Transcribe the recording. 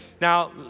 Now